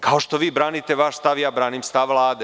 Kao što vi branite vaš stav, ja branim stav Vlade.